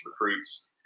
recruits